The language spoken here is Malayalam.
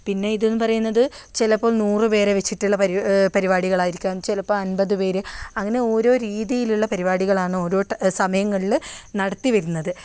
പിന്നെ ഇതെന്ന് പറയുന്നത് ചിലപ്പോൾ നൂറ് പേരെ വെച്ചിട്ടുള്ള പരി പരിപാടികൾ ആയിരിക്കാം ചിലപ്പോൾ അൻപത് പേര് അങ്ങനെ ഓരോ രീതിയിലുള്ള പരിപാടികളാണ് ഓരോ ട്ട സമയങ്ങളിൽ നടത്തിവരുന്നത്